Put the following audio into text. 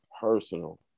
personal